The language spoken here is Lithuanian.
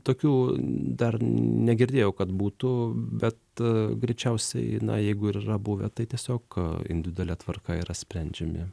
tokių dar negirdėjau kad būtų bet greičiausiai na jeigu ir yra buvę tai tiesiog individualia tvarka yra sprendžiami